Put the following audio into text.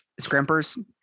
Scrimpers